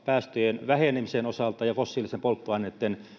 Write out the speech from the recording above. päästöjen vähenemisen ja fossiilisten polttoaineitten